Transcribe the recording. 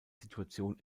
situation